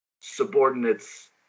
subordinates